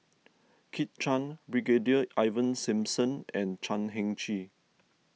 Kit Chan Brigadier Ivan Simson and Chan Heng Chee